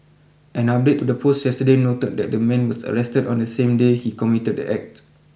an update to the post yesterday noted that the man was arrested on the same day he committed the act